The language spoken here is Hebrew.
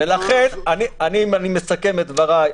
אני מסכם את דבריי.